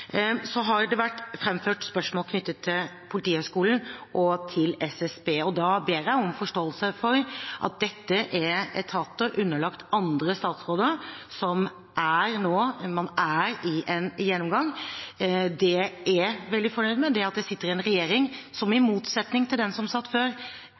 har vært framført spørsmål knyttet til Politihøgskolen og til SSB. Jeg ber om forståelse for at dette er etater underlagt andre statsråder. Man har nå en gjennomgang. Det jeg er veldig fornøyd med, er at jeg sitter i en regjering som i motsetning til den som satt før,